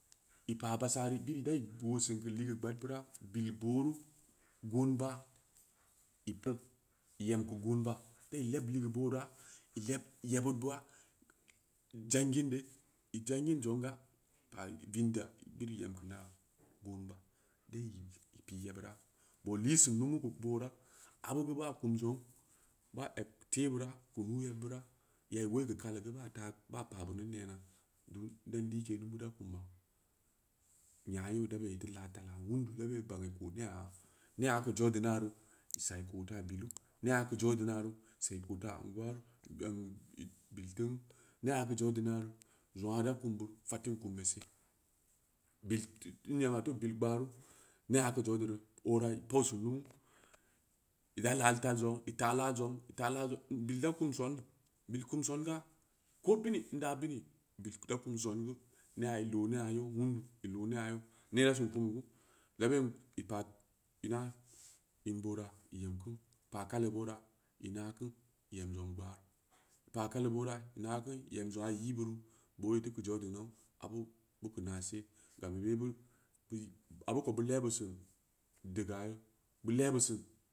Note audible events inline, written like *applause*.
Ipa baah sari biri da'i woosin keu hgeu gbaad bura bil booru goonba i tep i em keu goonba da'i leb ligeu bora ileb yebud bo'a i jangin be i jangin jonga pa vendal biri i em keu naa goonba da'i yip i pii yebura boo lisin numu keu bora abugen ba kum zong ba egn teh burah keu nuuyeb burah ya'i wo'i keu kali gen ba ta ba pa beuni nena don ne like numu da kum ba nya yerda adda ben teu laah tala wundu inda ben bangi ko ne'a ne'a keu jaudi naru i sa'i kota bilu- nea keu jaudi naru sa'i ko taranguwa ru *unintelligible* bil ting'uu ne'a keu jaudi naru zeng aa da kum deu fatin kumbe se bid teu in ema teu bil gbaaru ne'a keu jaudiru ora pausin numu ida laah tal zong taa laah zong- itah laah zong bil da kum son bil kum songa ko bini inda bini inda bini bil da kum kun son geu ne'a i loo ne'a yeu wundu i loo ne'a yeu nendasin kum gen inda ben ina kadi ipa ina in bora i emku ipa kali bora ena ku i em zong gona ipa kali boora ina ku i em zong aa i i beuru booneu teu keu jaudi nau abu buke nase gan i mobeu bi beu abu kou busun dega yen beu lebeusin